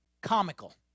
comical